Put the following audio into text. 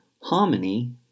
harmony